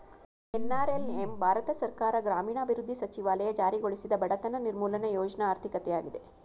NRLM Bharat ಸರ್ಕಾರ ಗ್ರಾಮೀಣಾಭಿವೃದ್ಧಿ ಸಚಿವಾಲಯ ಜಾರಿಗೊಳಿಸಿದ ಬಡತನ ನಿರ್ಮೂಲ ಯೋಜ್ನ ಆರ್ಥಿಕತೆಯಾಗಿದೆ